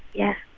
yes